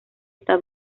esta